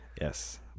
Yes